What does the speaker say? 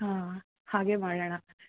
ಹಾಂ ಹಾಗೇ ಮಾಡೋಣ